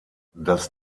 das